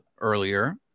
earlier